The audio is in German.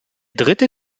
dritte